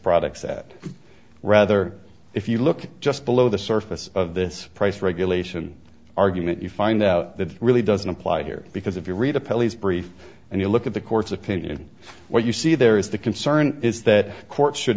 products that rather if you look just below the surface of this price regulation argument you find out that it really doesn't apply here because if you read a police brief and you look at the court's opinion what you see there is the concern is that courts should